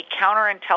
counterintelligence